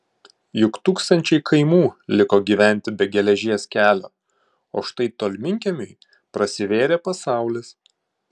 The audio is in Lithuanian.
juk tūkstančiai kaimų liko gyventi be geležies kelio o štai tolminkiemiui prasivėrė pasaulis